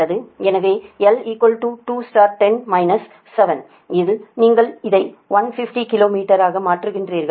எனவே L210 7 இல் நீங்கள் அதை 150 கிலோ மீட்டராக மாற்றுகிறீர்கள்